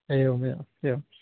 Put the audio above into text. एवमेवम् एवं